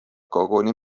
koguni